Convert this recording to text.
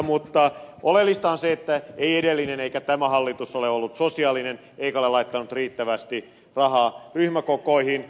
mutta oleellista on se että ei edellinen eikä tämä hallitus ole ollut sosiaalinen eikä ole laittanut riittävästi rahaa ryhmäkokoihin